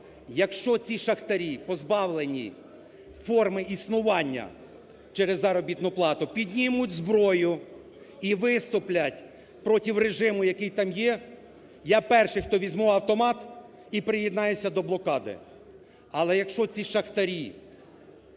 якщо ці шахтарі позбавлені форми існування через заробітну плату, піднімуть зброю і виступлять проти режиму, який там є, я перший, хто візьму автомат і приєднаюся до блокади. Але якщо ці шахтарі,